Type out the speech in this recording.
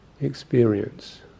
experience